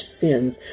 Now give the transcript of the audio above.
sins